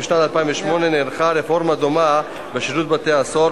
ובשנת 2008 נערכה רפורמה דומה בשירות בתי-הסוהר.